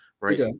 right